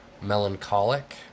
melancholic